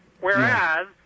Whereas